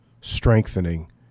strengthening